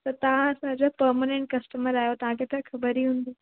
त तव्हां असांजा परमनंट कस्टमर आहियो तव्हांखे त ख़बरु ई हूंदी